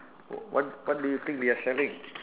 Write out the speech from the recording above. wh~ what do you think they are selling